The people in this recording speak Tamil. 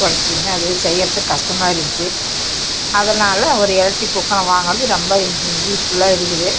துடச்சிக்கினு அது செய்கிறது கஷ்டமா இருந்துச்சி அதனால் ஒரு எலக்ட்ரிக் குக்கர் வாங்கினது ரொம்ப யூஸ்ஃபுல்லாக இருக்குது